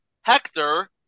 Hector